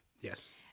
Yes